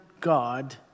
God